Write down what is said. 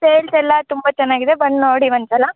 sales ಎಲ್ಲ ತುಂಬ ಚೆನ್ನಾಗಿದೆ ಬಂದು ನೋಡಿ ಒಂದು ಸಲ